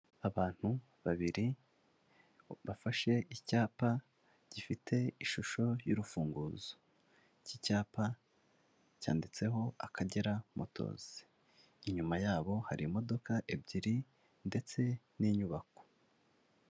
Abantu babiri bafashe icyapa, gifite ishusho y'urufunguzo, iki cyapa cyanditseho Akagera motozi, inyuma yabo hari imodoka ebyiri ndetse n'inyubako.